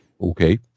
Okay